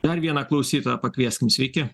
dar vieną klausytoją pakvieskim sveiki